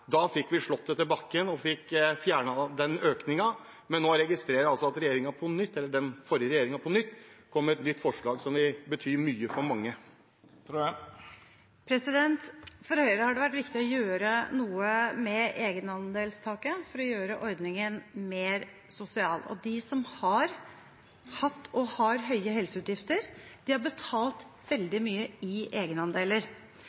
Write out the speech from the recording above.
slått det til bakken og fikk fjernet den økningen, men nå registrerer jeg altså at den forrige regjeringen kommer med et nytt forslag som vil bety mye for mange. For Høyre har det vært viktig å gjøre noe med egenandelstaket for å gjøre ordningen mer sosial. De som har hatt og har høye helseutgifter, har betalt